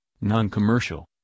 non-commercial